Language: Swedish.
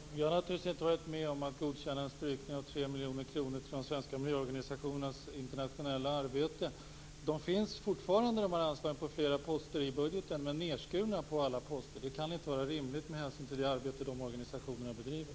Fru talman! Vi har naturligtvis inte varit med om att godkänna en strykning av 3 miljoner kronor till de svenska miiljöorganisationernas internationella arbete. Dessa anslag finns fortfarande på flera poster i budgeten, men de är nedskurna på alla poster. Det kan inte vara rimligt med hänsyn till det arbete som dessa organisationer bedriver.